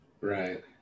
Right